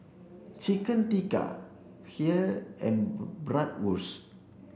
Chicken Tikka Kheer and Bratwurst